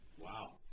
Wow